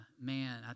man